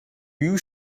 you